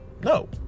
no